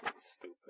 stupid